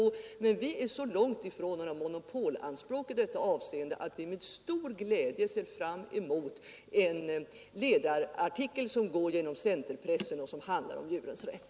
Vi står i detta avseende så långt ifrån några monopolanspråk, att vi med stor glädje ser fram emot en ledarartikel, som går genom Ccenterpressen och som handlar om djurens rätt.